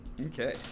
Okay